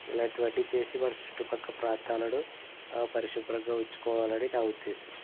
ఇలాంటి వన్నీ చేసి మన చుట్టు పక్క ప్రాంతాలలో పరిశుభ్రంగా ఉంచుకోవాలని నా ఉద్దేశం